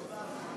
לסדר-היום